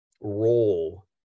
role